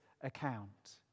account